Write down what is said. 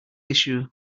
issue